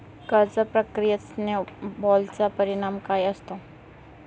कर्ज प्रक्रियेत स्नो बॉलचा परिणाम काय असतो?